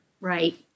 Right